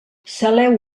saleu